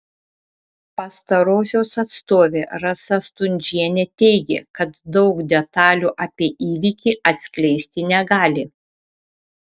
pastarosios atstovė rasa stundžienė teigė kad daug detalių apie įvykį atskleisti negali